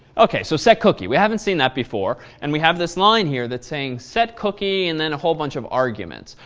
ok, so setcookie. we haven't seen that before. and we have this line here that's saying setcookie and then a whole bunch of arguments.